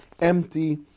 empty